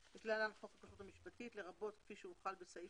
חוק הכשרות המשפטית) לרבות כפי שהוחל בסעיף